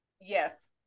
Yes